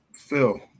Phil